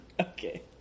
Okay